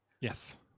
Yes